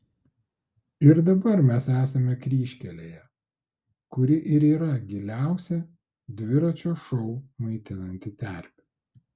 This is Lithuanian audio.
ir dabar mes esame kryžkelėje kuri ir yra giliausia dviračio šou maitinanti terpė